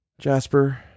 Jasper